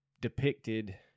depicted